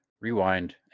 rewind